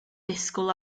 disgwyl